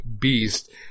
beast